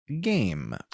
game